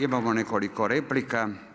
Imamo nekoliko replika.